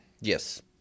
Yes